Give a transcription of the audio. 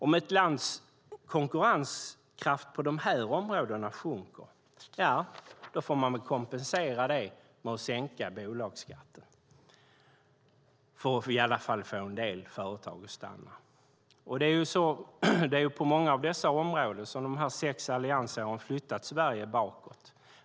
Om ett lands konkurrenskraft på dessa områden sjunker får man kompensera det genom att sänka bolagsskatten för att få i alla fall en del företag att stanna. Det är på många av dessa områden som de sex alliansåren har flyttat Sverige bakåt.